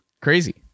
crazy